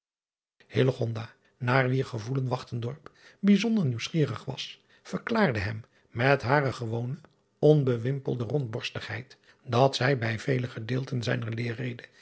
naar wier gevoelen bijzonder nieuwsgierig was verklaarde hem met hare gewone onbewimpelde rondborstigheid dat zij bij vele gedeelten zijner eerrede